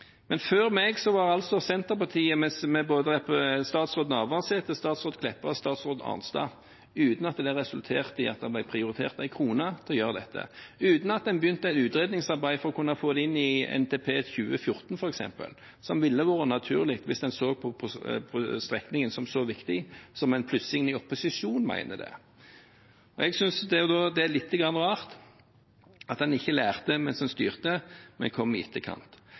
Men før meg hadde Senterpartiet samferdselsministerposten, med tidligere statsråd Navarsete, tidligere statsråd Meltveit Kleppa og tidligere statsråd Arnstad, uten at det resulterte i at det ble prioritert én krone til å gjøre dette, uten at en begynte et utredningsarbeid for å kunne få det inn i NTP-en for 2014 f.eks., som ville vært naturlig hvis en så på strekningen som så viktig som en plutselig gjør i opposisjon. Jeg synes det er litte grann rart at en ikke lærte mens en styrte, men kommer i etterkant.